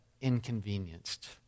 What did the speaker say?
inconvenienced